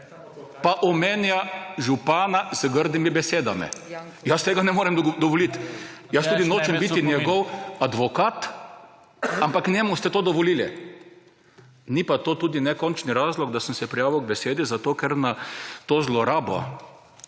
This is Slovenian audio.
pa omenja župana z grdimi besedami. /oglašanje iz dvorane/ Tega ne morem dovoliti. Tudi nočem biti njegov advokat, ampak njemu ste to dovolili. Ni pa to tudi ne končni razlog, da sem se prijavil k besedi, zato ker na to zlorabo